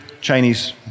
Chinese